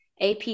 AP